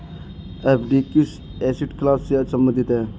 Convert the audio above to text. FD किस asset class से संबंधित है?